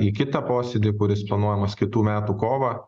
į kitą posėdį kuris planuojamas kitų metų kovą